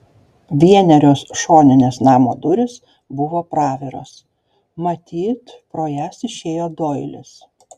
vienerios šoninės namo durys buvo praviros matyt pro jas išėjo doilis